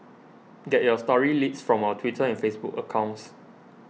get your story leads from our Twitter and Facebook accounts